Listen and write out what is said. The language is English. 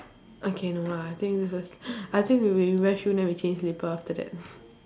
okay no lah I think let's just I think we we wear shoe then we change slipper after that